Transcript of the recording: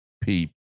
peep